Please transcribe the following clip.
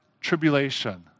tribulation